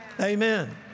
Amen